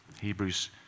Hebrews